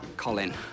Colin